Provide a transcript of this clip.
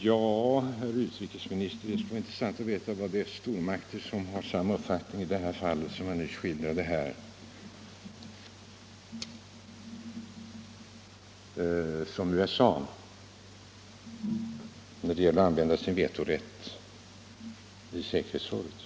Herr talman! Det skulle vara intressant att veta, herr utrikesminister, vilka stormakter som har samma uppfattning som USA i det fall som jag nyss skildrade, när det gäller att använda sin vetorätt i säkerhetsrådet.